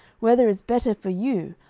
whether is better for you,